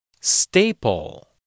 Staple